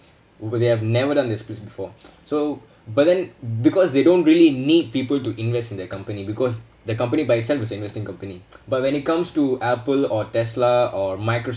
were they have never done their split before so but then because they don't really need people to invest in their company because the company by itself is an investing company but when it comes to apple or tesla or micro